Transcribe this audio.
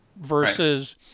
versus